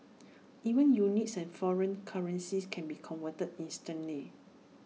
even units and foreign currencies can be converted instantly